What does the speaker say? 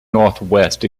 northwest